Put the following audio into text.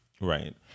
Right